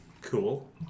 Cool